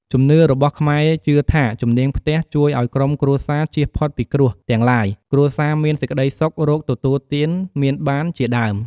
ជំនឿរបស់ខ្មែរជឿថាជំនាងផ្ទះជួយឲ្យក្រុមគ្រួសារជៀសផុតពីគ្រោះទាំងឡាយ គ្រួសារមានសេចក្ដីសុខ រកទទួលទានមានបានជាដើម។